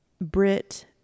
Brit